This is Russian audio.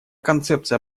концепция